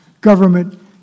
government